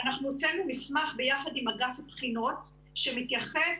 אנחנו הוצאנו מסמך ביחד עם אגף הבחינות שמתייחס